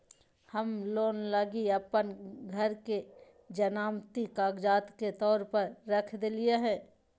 हम लोन लगी अप्पन घर के जमानती कागजात के तौर पर रख देलिओ हें